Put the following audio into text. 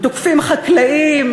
הם תוקפים חקלאים,